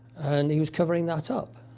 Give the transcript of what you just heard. and he was covering that up.